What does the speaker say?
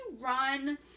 run